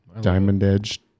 Diamond-edged